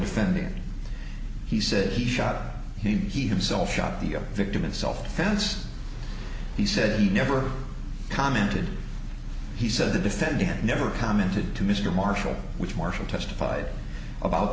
defendant he said he shot he himself shot the victim in self defense he said he never commented he said the defendant never commented to mr marshall which marshall testified about